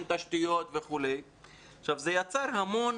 זה יצר המון